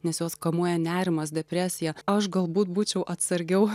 nes juos kamuoja nerimas depresija aš galbūt būčiau atsargiau